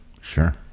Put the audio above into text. sure